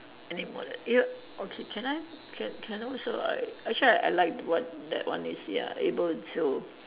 anymore than yup okay can I can can I also like actually I like what that one is ya able to